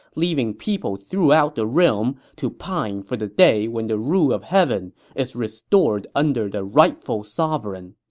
leaving people throughout the realm to pine for the day when the rule of heaven is restored under the rightful sovereign.